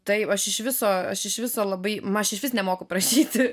taip aš iš viso aš iš viso labai aš išvis nemoku prašyti